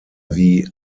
wie